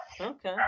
Okay